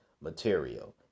material